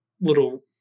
little